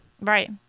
Right